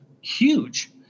huge